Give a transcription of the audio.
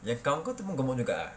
yang kawan kau tu pun gemuk juga ah